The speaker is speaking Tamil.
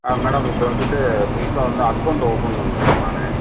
ஆ மேடம் இப்போ வந்துட்டு புதுசாக வந்து அக்கவுண்ட் ஓப்பன் பண்ணனும் மேடம் நான்